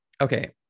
Okay